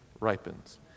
ripens